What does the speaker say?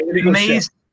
Amazing